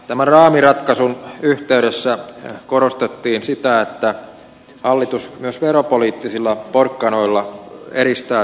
tämän raamiratkaisun yhteydessä korostettiin sitä että hallitus myös veropoliittisilla porkkanoilla edistää työllisyyttä